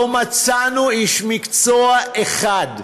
לא מצאנו איש מקצוע אחד,